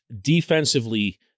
defensively